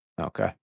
Okay